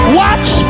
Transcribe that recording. watch